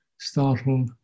startle